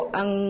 ang